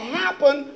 happen